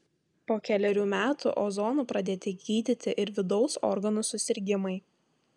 po kelerių metų ozonu pradėti gydyti ir vidaus organų susirgimai